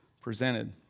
presented